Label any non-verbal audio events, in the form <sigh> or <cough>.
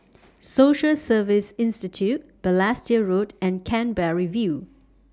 <noise> Social Service Institute Balestier Road and Canberra View